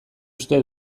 uste